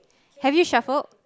have you shuffled